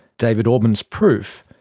david auburn's proof,